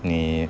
妳